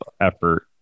effort